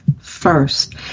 First